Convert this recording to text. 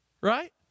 right